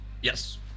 yes